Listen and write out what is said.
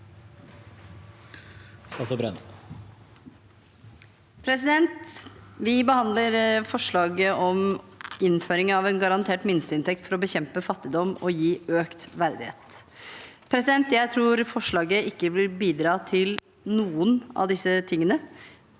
Vi behandler for- slaget om innføring av en garantert minsteinntekt for å bekjempe fattigdom og gi økt verdighet. Jeg tror forslaget ikke vil bidra til noe av dette